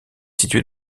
située